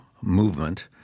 movement